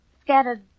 scattered